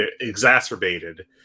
exacerbated